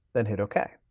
then hit ok.